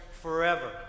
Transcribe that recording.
forever